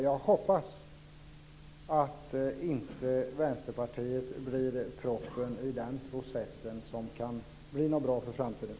Jag hoppas att Vänsterpartiet inte blir proppen i den process som kan bli något bra för framtiden.